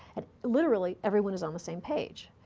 and, literally, everyone is on the same page,